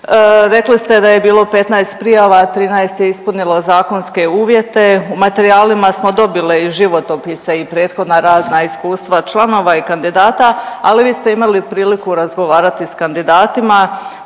Rekli ste da je bilo 15 prijava, 13 je ispunilo zakonske uvjete, u materijalima smo dobili životopise i prethodna razna iskustva članova i kandidata, ali vi ste imali priliku razgovarati s kandidatima